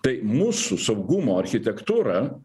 tai mūsų saugumo architektūra